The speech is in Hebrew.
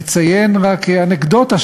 נציין רק אנקדוטה,